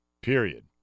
Period